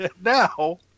Now